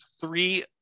three